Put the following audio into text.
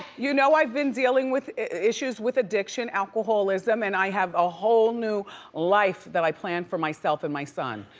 you know i've been dealing with issues with addiction, alcoholism, and i have a whole new life that i planned for myself and my son.